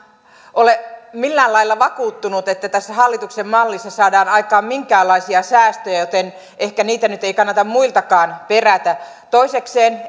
ole millään lailla vakuuttunut että tässä hallituksen mallissa saadaan aikaan minkäänlaisia säästöjä joten ehkä niitä nyt ei kannata muiltakaan perätä toisekseen